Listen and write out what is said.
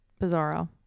Bizarro